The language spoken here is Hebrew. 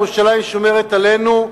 ירושלים שומרת עלינו,